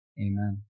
Amen